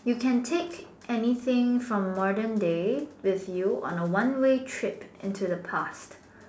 you can take anything from modern day with you on a one way trip into the past